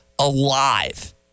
alive